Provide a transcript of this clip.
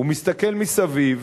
הוא מסתכל סביב.